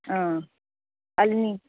ಹಾಂ ಅಲ್ಲಿ